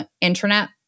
internet